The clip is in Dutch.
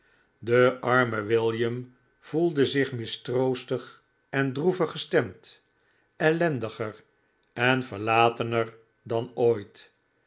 de arme william voelde zich mistroostig en droevig gestemd ellendiger en verlatener dan ooit